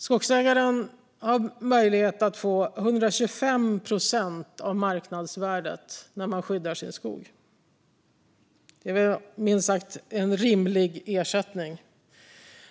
Skogsägaren har möjlighet att få 125 procent av marknadsvärdet när man skyddar sin skog. Det är minst sagt en rimlig ersättning.